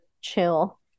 chill